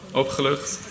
...opgelucht